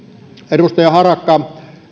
edustaja harakka